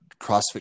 CrossFit